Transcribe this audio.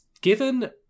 Given